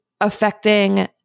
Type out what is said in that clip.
affecting